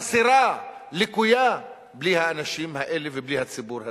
חסרה, לקויה, בלי האנשים האלה ובלי הציבור הזה.